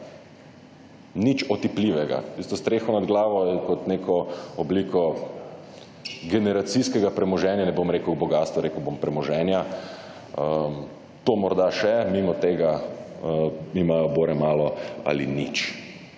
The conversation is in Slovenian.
Nič otipljivega. Tisto streho nad glavo je kot neko obliko generacijskega premoženja, ne bom rekel bogastvo, rekel bom premoženja. To morda še. Mimo tega imajo bore malo ali nič.